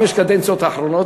חמש הקדנציות האחרונות,